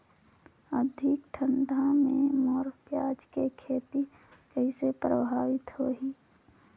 अधिक ठंडा मे मोर पियाज के खेती कइसे प्रभावित होही?